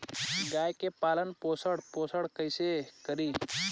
गाय के पालन पोषण पोषण कैसे करी?